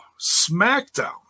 SmackDown